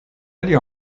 aller